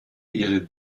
ihre